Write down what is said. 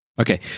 Okay